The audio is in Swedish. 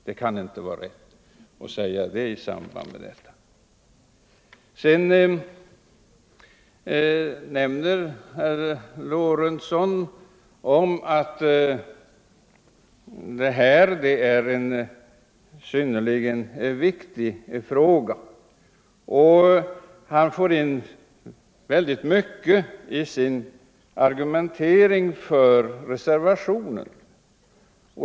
Sedan nämner herr Lorentzon att det här är en synnerligen viktig fråga, och han får in väldigt mycket i sin argumentering för reservationen.